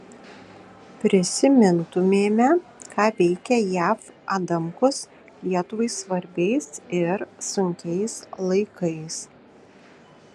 prisimintumėme ką veikė jav adamkus lietuvai svarbiais ir sunkiais laikais